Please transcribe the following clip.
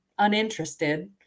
uninterested